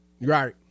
Right